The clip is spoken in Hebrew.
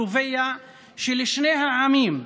קובע שלשני העמים,